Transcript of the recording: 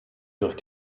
durch